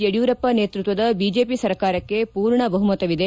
ಯಡಿಯೂರಪ್ಪ ನೇತೃತ್ವದ ಬಿಜೆಪಿ ಸರ್ಕಾರಕ್ಕೆ ಪೂರ್ಣ ಬಹುಮತವಿದೆ